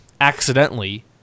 accidentally